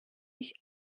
mich